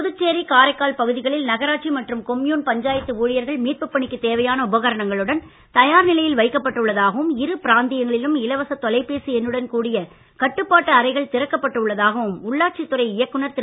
புதுச்சேரி காரைக்கால் பகுதிகளில் நகராட்சி மற்றும் கொம்யூன் பஞ்சாயத்து ஊழியர்கள் மீட்புப் பணிக்குத் தேவையான உபகரணங்களுடன் தயார் நிலையில் வைக்கப்பட்டு உள்ளதாகவும் இரு பிராந்தியங்களிலும் இலவச தொலைபேசி எண்ணுடன் கூடிய கட்டுப்பாட்டு அறைகள் திறக்கப்பட்டு உள்ளதாகவும் உள்ளாட்சித் துறை இயக்குநர் திரு